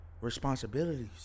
responsibilities